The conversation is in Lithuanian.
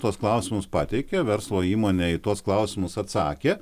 tuos klausimus pateikė verslo įmonė į tuos klausimus atsakė